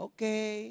Okay